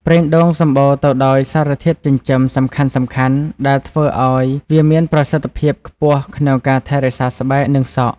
ប្រេងដូងសម្បូរទៅដោយសារធាតុចិញ្ចឹមសំខាន់ៗ ដែលធ្វើឲ្យវាមានប្រសិទ្ធភាពខ្ពស់ក្នុងការថែរក្សាស្បែក និងសក់។